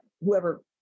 whoever